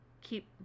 keep